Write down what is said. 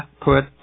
put